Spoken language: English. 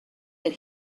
that